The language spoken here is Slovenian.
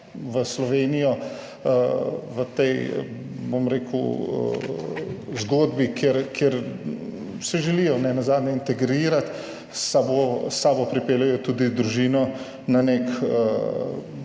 v Slovenijo, v tej zgodbi, kjer se želijo nenazadnje integrirati, s sabo pripeljejo tudi družino, na nek